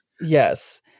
Yes